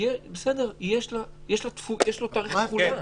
יש לה תאריך תפוגה.